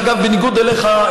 אגב, בניגוד אליך,